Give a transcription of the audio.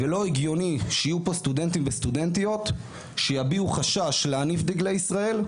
ולא הגיוני שיהיו פה סטודנטים וסטודנטיות שיביעו חשש להניף דגלי ישראל,